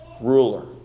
ruler